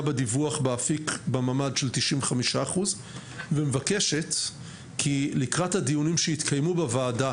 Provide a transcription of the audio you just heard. בדיווח באפיק בממ"ד של 95% ומבקשת כי לקראת הדיונים שיתקיימו בוועדה,